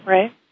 Right